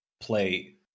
play